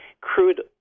crude